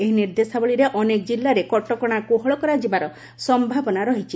ଏହି ନିର୍ଦ୍ଦେଶାବଳୀରେ ଅନେକ ଜିଲ୍ଲାରେ କଟକଶା କୋହଳ କରାଯିବାର ସମ୍ଭାବନା ଅଛି